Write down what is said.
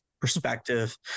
perspective